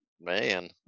man